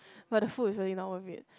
but the food is really not worth it